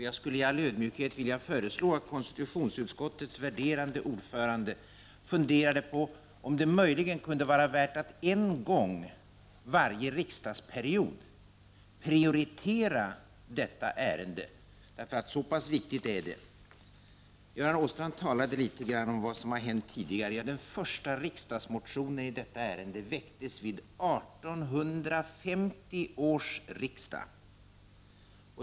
Jag skulle i all ödmjukhet vilja föreslå att konstitutionsutskottets värderade ordförande funderar på om det möjligen kunde vara värt att en gång varje riksdagsperiod prioritera detta ärende. Så pass viktigt är det. Göran Åstrand talade litet om vad som hänt tidigare. Den första riksdagsmotionen i detta ärende väcktes vid 1850 års riksdag.